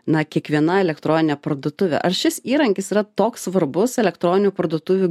na kiekviena elektroninė parduotuvė ar šis įrankis yra toks svarbus elektroninių parduotuvių